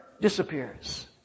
disappears